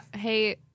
hey